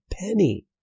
penny